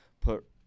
put